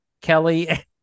Kelly